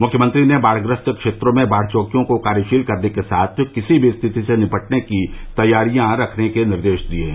मुख्यमंत्री ने बाढ़ग्रस्त क्षेत्रों में बाढ़ चौकियों को कार्यशील करने के साथ किसी भी स्थिति से निपटने की तैयारियां रखने के निर्देश दिये हैं